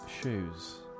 shoes